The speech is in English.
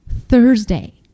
Thursday